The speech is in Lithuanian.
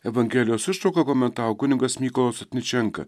evangelijos ištrauką komentavo kunigas mykolas sotničenka